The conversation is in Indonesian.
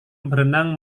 berenang